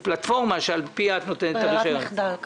פלטפורמה שעל פיה את נותנת את הרישיון.